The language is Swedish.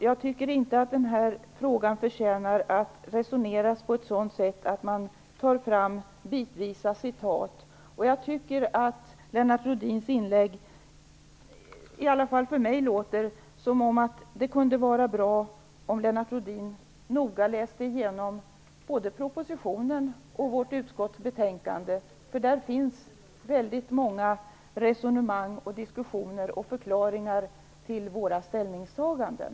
Jag tycker inte att denna fråga förtjänar ett resonemang där man citerar bitvis. Det verkar, tycker jag, som om det kunde vara bra om Lennart Rohdin noga läste igenom både propositionen och utskottets betänkande. Där finns det väldigt många resonemang, diskussioner och förklaringar kring våra ställningstaganden.